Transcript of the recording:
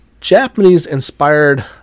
Japanese-inspired